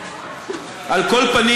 על כל פנים,